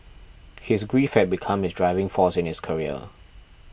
his grief had become his driving force in his career